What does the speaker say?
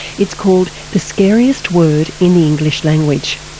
it's called the scariest word in the english language.